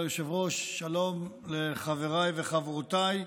שלום ליושב-ראש, שלום לחבריי וחברותיי.